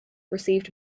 received